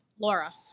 Laura